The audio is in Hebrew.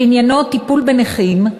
שעניינו טיפול בנכים,